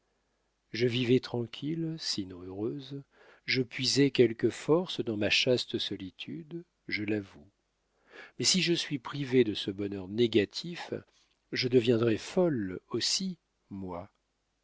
je vivais tranquille sinon heureuse je puisais quelques forces dans ma chaste solitude je l'avoue mais si je suis privée de ce bonheur négatif je deviendrai folle aussi moi